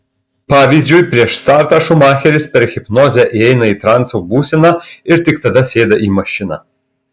pavyzdžiui prieš startą šumacheris per hipnozę įeina į transo būseną ir tik tada sėda į mašiną